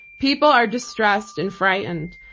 people are distressed and frightened.